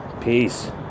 Peace